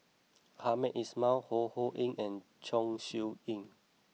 Hamed Ismail Ho Ho Ying and Chong Siew Ying